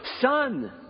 son